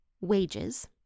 wages